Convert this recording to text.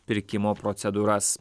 pirkimo procedūras